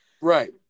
Right